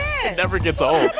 it never gets old.